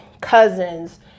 Cousins